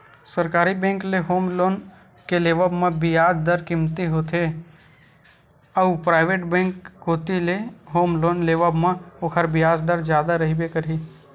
सरकारी बेंक ले home loan के लेवब म बियाज दर कमती होथे अउ पराइवेट बेंक कोती ले होम लोन लेवब म ओखर बियाज दर जादा रहिबे करही